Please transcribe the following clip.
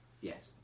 yes